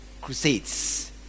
crusades